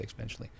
exponentially